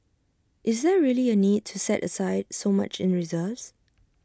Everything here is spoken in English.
is there really A need to set aside so much in reserves